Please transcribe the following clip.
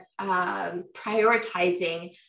prioritizing